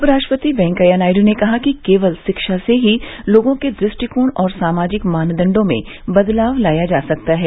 उप राष्ट्रपति वेंकैया नायडू ने कहा है कि केवल शिक्षा से ही लोगों के दृष्टिकोण और सामाजिक मानदंडों में बदलाव लाया जा सकता है